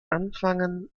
anfangen